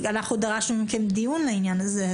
אנחנו דרשנו מכם לערוך דיון על העניין הזה.